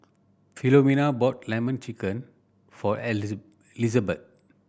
Filomena bought Lemon Chicken for Lizabeth